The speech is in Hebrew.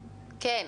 תודה.